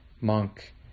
monk